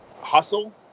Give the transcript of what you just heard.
hustle